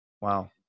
Wow